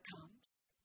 comes